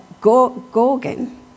Gorgon